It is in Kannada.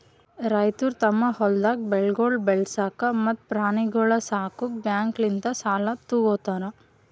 ರೈತುರು ತಮ್ ಹೊಲ್ದಾಗ್ ಬೆಳೆಗೊಳ್ ಬೆಳಸಾಕ್ ಮತ್ತ ಪ್ರಾಣಿಗೊಳ್ ಸಾಕುಕ್ ಬ್ಯಾಂಕ್ಲಿಂತ್ ಸಾಲ ತೊ ಗೋತಾರ್